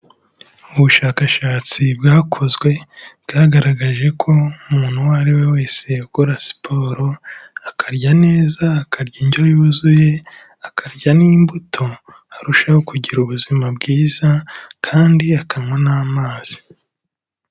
Ubushakashatsi bwakozwe, bwagaragaje ko umuntu uwo ari we wese ukora siporo, akarya neza, akarya indyo yuzuye, akarya n'imbuto, arushaho kugira ubuzima bwiza kandi akanywa n'amazi.